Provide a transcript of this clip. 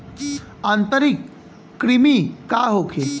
आंतरिक कृमि का होखे?